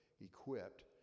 equipped